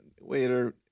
waiter